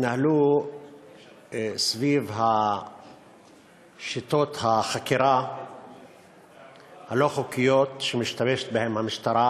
התנהלו סביב שיטות החקירה הלא-חוקיות שמשתמשים בהן המשטרה